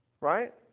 Right